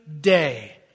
day